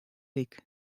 dyk